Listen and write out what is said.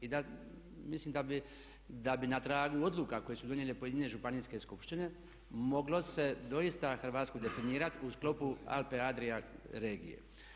I mislim da bi na tragu odluke koje su donijele pojedine županijske skupštine moglo se doista Hrvatsku definirati u sklopu Alpe Adria regije.